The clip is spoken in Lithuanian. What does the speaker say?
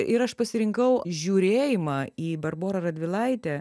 ir aš pasirinkau žiūrėjimą į barborą radvilaitę